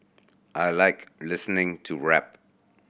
I like listening to rap